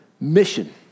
Mission